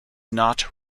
not